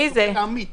השופט עמית